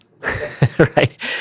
right